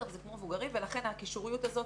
לכן הקישוריות הזאת,